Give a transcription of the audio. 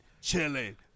chilling